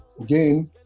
Again